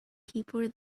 people